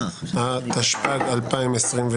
התשפ"ג-2023.